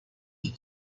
die